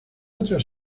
otras